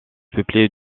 peuplées